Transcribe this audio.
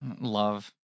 love